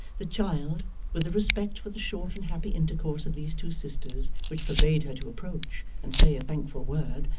the child, with a respect for the short and happy intercourse of these two sisters which forbade her to approach and say a thankful word,